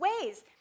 ways